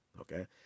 Okay